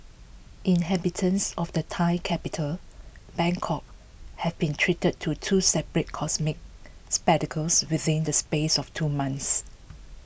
inhabitants of the Thai capital Bangkok have been treated to two separate cosmic spectacles within the space of two months